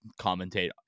commentate